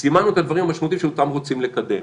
סימנו את הדברים המשמעותיים שאותם רוצים לקדם.